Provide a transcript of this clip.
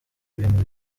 ibintu